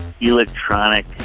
electronic